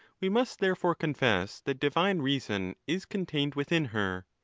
we must therefore confess that divine reason is contained within her.